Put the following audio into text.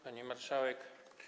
Pani Marszałek!